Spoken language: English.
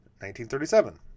1937